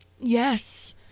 Yes